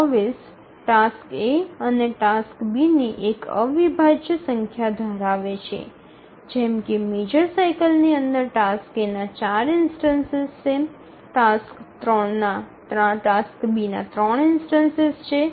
૨૪ task A અને task B ની એક અવિભાજ્ય સંખ્યા ધરાવે છે જેમ કે મેજર સાઇકલ ની અંદર ટાસ્ક A ના ૪ ઇન્સ્ટનસિસ છે ટાસ્ક B ના 3 ઇન્સ્ટનસિસ છે